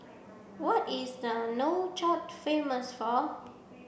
what is the Nouakchott famous for